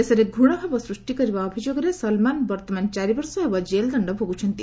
ଦେଶରେ ଘୁଣାଭାବ ସୃଷ୍ଟି କରିବା ଅଭିଯୋଗରେ ସଲମାନ୍ ବର୍ତ୍ତମାନ ଚାରିବର୍ଷ ହେବ ଜେଲ ଦଶ୍ଚ ଭୋଗୁଛନ୍ତି